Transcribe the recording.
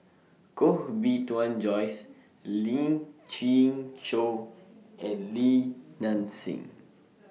Koh Bee Tuan Joyce Lien Qing Chow and Li Nanxing